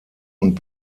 und